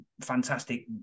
fantastic